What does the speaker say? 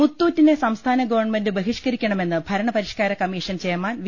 മുത്തൂറ്റിനെ സംസ്ഥാന ഗവൺമെന്റ് ബഹിഷ്കരിക്ക ണമെന്ന് ഭരണപരിഷ്കാര കമ്മീഷൻ ചെയർമാൻ വി